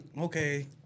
Okay